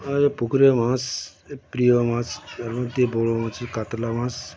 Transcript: আমাদের পুকুরে মাছ প্রিয় মাছ তার মধ্যে বড় মাছ কাতলা মাছ